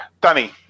Danny